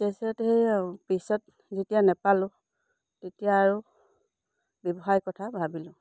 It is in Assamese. তাৰছত সেই আৰু পিছত যেতিয়া নাপালোঁ তেতিয়া আৰু ব্যৱসায় কথা ভাবিলোঁ